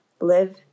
live